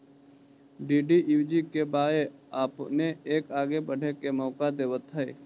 DDUGKY आपपने के आगे बढ़े के मौका देतवऽ हइ